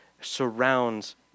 surrounds